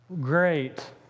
Great